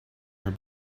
her